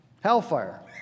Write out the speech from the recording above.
Hellfire